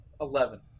Eleven